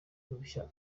uruhushya